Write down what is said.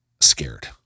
scared